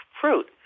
fruit